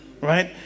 right